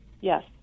Yes